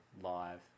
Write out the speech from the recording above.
live